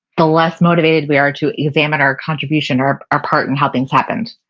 the less motivated we are to examine our contribution, our our part in how things happened.